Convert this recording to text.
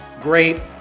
great